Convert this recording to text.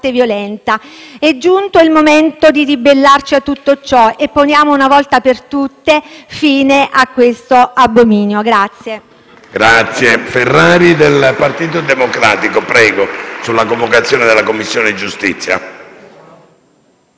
È giunto il momento di ribellarci a tutto ciò e poniamo una volta per tutte fine a questo abominio.